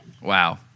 Wow